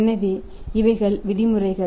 எனவே இவைகள் விதிமுறைகள்